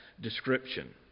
description